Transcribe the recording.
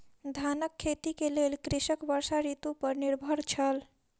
धानक खेती के लेल कृषक वर्षा ऋतू पर निर्भर छल